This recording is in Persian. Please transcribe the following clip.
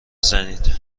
زنید